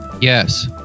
Yes